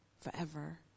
forever